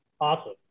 Awesome